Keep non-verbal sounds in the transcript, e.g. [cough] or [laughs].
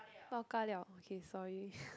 pao-ka-liao okay sorry [laughs]